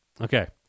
Okay